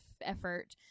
effort